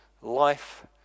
life